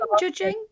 judging